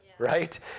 right